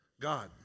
God